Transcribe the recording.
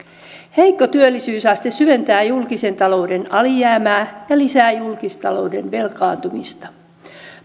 heikko työllisyysaste syventää julkisen talouden alijäämää ja lisää julkistalouden velkaantumista